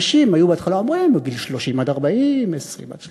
אנשים היו בהתחלה אומרים: בגיל 30 עד 40, מ-20 עד,